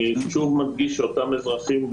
אני שוב מדגיש שאותם אזרחים,